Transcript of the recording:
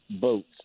boats